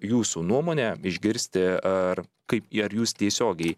jūsų nuomonę išgirsti ar kaip ar jūs tiesiogiai